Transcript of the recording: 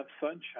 sunshine